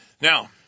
Now